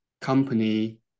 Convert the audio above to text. company